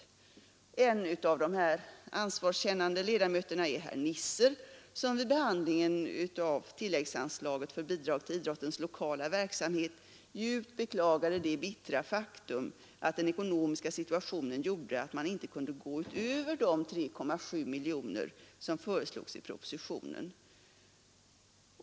En av dessa ansvarskännande ledamöter är herr Nisser, som vid behandlingen av tilläggsanslaget för bidrag till idrottens lokala verksamhet djupt beklagade det bittra faktum att den ekonomiska situationen gjorde att man inte kunde gå utöver de 3,7 miljoner som föreslogs i propositionen.